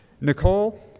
Nicole